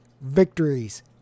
victories